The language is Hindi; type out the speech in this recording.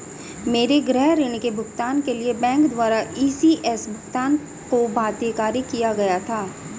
मेरे गृह ऋण के भुगतान के लिए बैंक द्वारा इ.सी.एस भुगतान को बाध्यकारी किया गया था